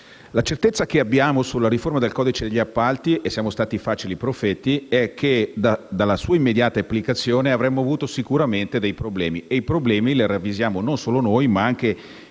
La certezza che abbiamo sulla riforma del codice degli appalti - e siamo stati facili profeti - è che dalla sua immediata applicazione avremmo avuto sicuramente dei problemi. E i problemi li ravvisiamo non solo noi, ma anche